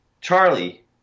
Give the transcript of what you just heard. Charlie